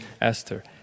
Esther